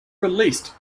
released